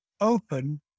open